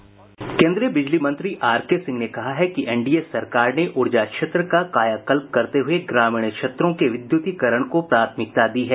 केन्द्रीय बिजली मंत्री आरकेसिंह ने कहा है कि एनडीए सरकार ने ऊर्जा क्षेत्र का कायाकल्प करते हुए ग्रामीण क्षेत्रों के विद्युतीकरण को प्राथमिकता दी है